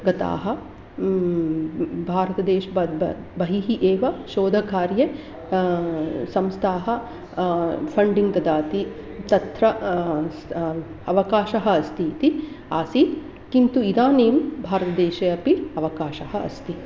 गताः भारतदेश् ब ब बहिः एव शोधकार्ये संस्थाः फ़ण्डिङ्ग् ददाति तत्र स् अवकाशः अस्ति इति आसीत् किन्तु इदानीं भारतदेशे अपि अवकाशः अस्ति